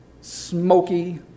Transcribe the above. smoky